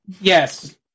Yes